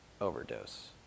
overdose